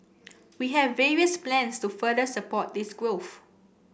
we have various plans to further support this growth